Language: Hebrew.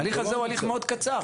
ההליך הזה הוא הליך מאוד קצר.